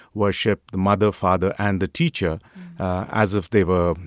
worship the mother, father and the teacher as if they were,